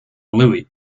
louie